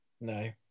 No